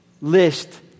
list